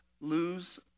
Lose